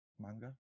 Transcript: Manga